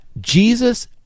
Jesus